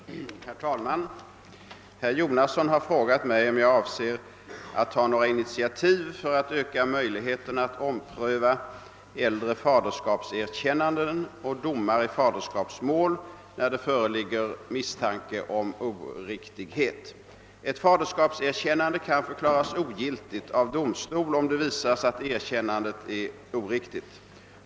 Herr talman! Herr Jonasson har frågat mig om jag avser att ta några initiativ för att öka möjligheterna att ompröva äldre faderskapserkännanden och domar i faderskapsmål när det föreligger misstanke om oriktighet. Ett faderskapserkännande kan förklaras ogiltigt av domstol, om det visas att erkännandet är oriktigt.